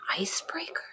icebreaker